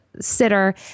sitter